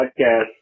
Podcast